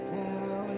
now